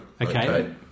Okay